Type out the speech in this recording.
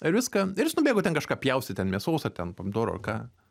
ir viską ir jis nubėgo ten kažką pjaustyt ten mėsos ar ten pomidorų ar ką